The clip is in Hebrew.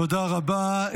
תודה רבה.